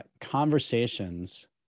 Conversations